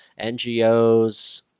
NGOs